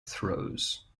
throws